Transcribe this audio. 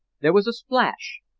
there was a splash,